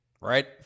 right